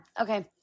okay